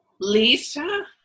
Lisa